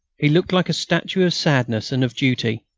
he looked like a statue of sadness and of duty.